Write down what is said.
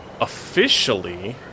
officially